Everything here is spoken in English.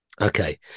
Okay